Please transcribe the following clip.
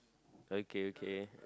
okay okay